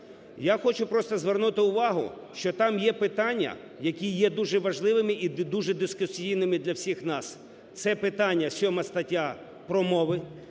Я хочу просто звернути уваги, що там є питання, які є дуже важливими і дуже дискусійними для всіх нас, це питання 7 стаття про мови,